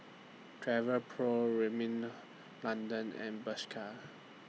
Travelpro Rimmel London and Bershka